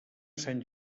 sant